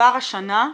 כבר השנה,